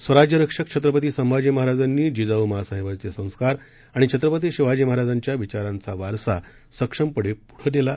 स्वराज्यरक्षकछत्रपतीसंभाजीमहाराजांनीजिजाऊमाँसाहेबांचेसंस्कारआणिछत्रपतीशिवाजीमहाराजांच्याविचारांचावारसासक्षमपणेपुढंनेला